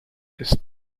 ist